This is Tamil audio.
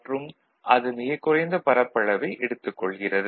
மற்றும் அது மிகக் குறைந்த பரப்பளவே எடுத்துக் கொள்கிறது